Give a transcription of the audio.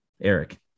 Eric